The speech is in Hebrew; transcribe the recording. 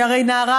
היא הרי נערה,